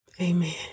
Amen